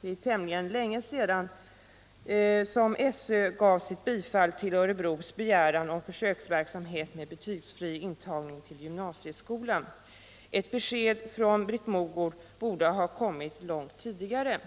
Det är tämligen länge sedan SÖ gav sitt bifall till Örebros begäran om försöksverksamhet med betygsfri intagning till gymnasieskolan. Ett besked från Britt Mogård borde ha kommit långt tidigare.